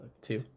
two